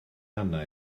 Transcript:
arna